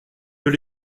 veut